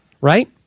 right